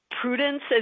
prudence